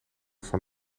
van